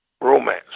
Romance